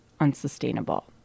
unsustainable